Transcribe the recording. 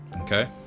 okay